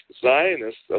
zionists